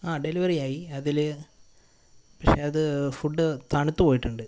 ആ ഡെലിവറി ആയി അതിൽ പക്ഷേ അത് ഫുഡ്ഡ് തണുത്തു പോയിട്ടുണ്ട്